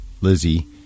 Lizzie